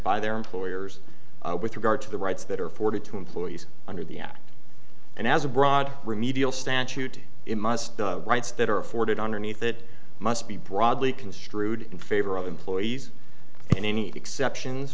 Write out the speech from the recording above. by their employers with regard to the rights that are forty two employees under the act and as a broad remedial statute it must be rights that are afforded underneath that must be broadly construed in favor of employees and any exceptions